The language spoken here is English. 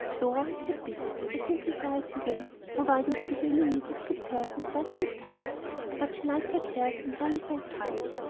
clover was kept busy, for simplify as you will, providing for the daily needs of two persons does take time but she liked her cares and rarely felt tired.